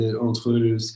entre